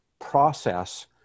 process